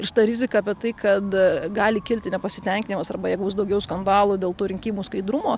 ir šita rizika apie tai kad gali kilti nepasitenkinimas arba jeigu bus daugiau skandalų dėl tų rinkimų skaidrumo